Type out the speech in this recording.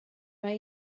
mae